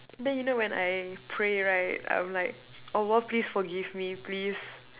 then you know when I pray right I'm like Allah please forgive me please